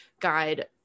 guide